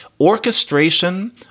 orchestration